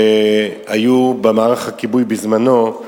שהיו במערך הכיבוי, בזמנו,